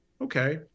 okay